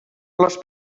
les